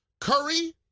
Curry